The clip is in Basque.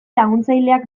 laguntzaileak